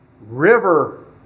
river